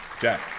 jack